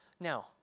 Now